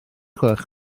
gwelwch